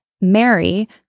Mary